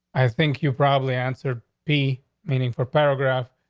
i think you probably answered p meaning for paragraph,